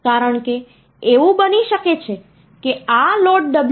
તેથી 55 નો આધાર 8 છે અને તમે તેને ચકાસી શકો છો